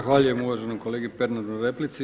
Zahvaljujem uvaženom kolegi Pernaru na replici.